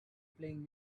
playing